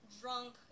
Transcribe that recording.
drunk